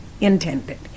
intended